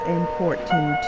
important